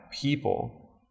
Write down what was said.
people